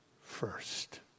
first